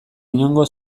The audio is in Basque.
inongo